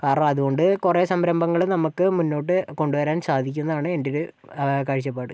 കാരണം അതുകൊണ്ട് കുറേ സംരംഭങ്ങൾ നമുക്ക് മുൻപോട്ട് കൊണ്ട് വരാൻ സാധിക്കും എന്നാണ് എൻ്റെ ഒരു കാഴ്ചപ്പാട്